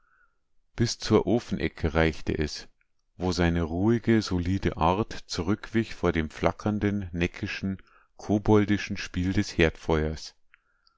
bis zur ofenecke reichte es wo seine ruhige solide art zurückwich vor dem flackernden neckischen koboldischen spiel des